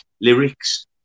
lyrics